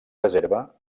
reserva